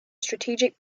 strategic